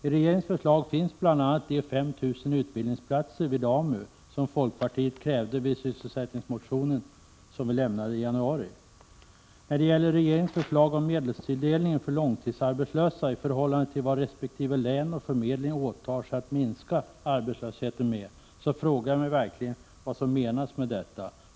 I regeringens förslag ingår bl.a. de 5 000 utbildningsplatser vid AMU som folkpartiet krävde i sysselsättningsmotionen, som vi lämnade i januari. När det gäller regeringens förslag om medelstilldelningen för långtidsarbetslösa i förhållande till vad resp. län och förmedling åtar sig att minska arbetslösheten med, frågar jag mig verkligen vad som menas med detta.